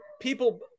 people